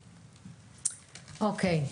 אוקי.